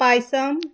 payasam